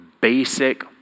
basic